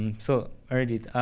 so arijit,